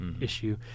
issue